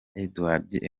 edward